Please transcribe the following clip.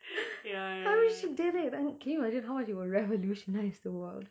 I mean she did it and can you imagine how much you will revolutionize the world